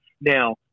Now